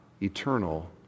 eternal